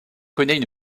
connaît